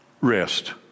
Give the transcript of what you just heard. rest